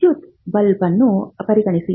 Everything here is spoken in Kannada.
ವಿದ್ಯುತ್ ಬಲ್ಬ್ ಅನ್ನು ಪರಿಗಣಿಸಿ